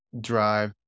drive